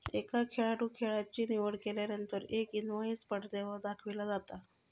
एका खेळाडूं खेळाची निवड केल्यानंतर एक इनवाईस पडद्यावर दाखविला जाता